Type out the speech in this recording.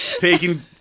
Taking